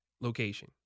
location